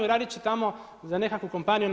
Radit će tamo za nekakvu kompaniju na